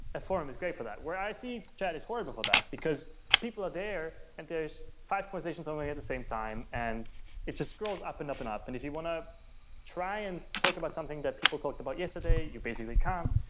a forum is great for that where i see chat is horrible for that, because people are there and there is five conversations opened at the same time and it just scrolls up and up and up. if you want to try and talk about something that people talked about yesterday, you basically can't.